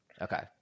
Okay